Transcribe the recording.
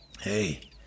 Hey